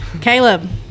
caleb